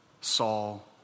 Saul